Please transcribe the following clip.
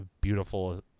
beautiful